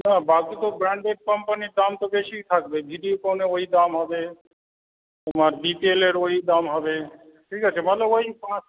না বাকি তো ব্র্যান্ডেড কোম্পানির তো দাম বেশিই থাকবে ভিডিওকনের ওই দাম হবে তোমার বিপিএলের ওই দাম হবে ঠিক আছে বলো ওই পাঁচ